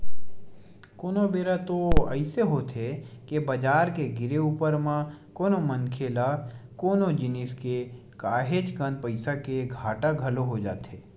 कोनो बेरा तो अइसे होथे के बजार के गिरे ऊपर म कोनो मनखे ल कोनो जिनिस के काहेच कन पइसा के घाटा घलो हो जाथे